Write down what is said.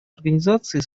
организации